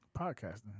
podcasting